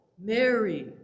Mary